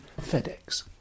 FedEx